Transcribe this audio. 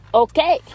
okay